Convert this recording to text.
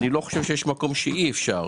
אני לא חושב שיש מקום שאי אפשר.